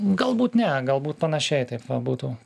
galbūt ne galbūt panašiai taip va būtų